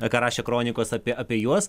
ką rašė kronikos apie apie juos